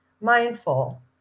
mindful